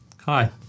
Hi